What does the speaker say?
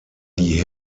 die